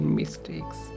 mistakes